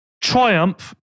Triumph